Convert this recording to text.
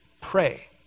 pray